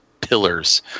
pillars